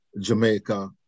Jamaica